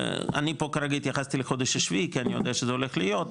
אני פה כרגע התייחסתי לחודש השביעי כי אני יודע שזה הולך להיות,